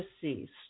deceased